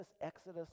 Exodus